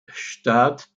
staat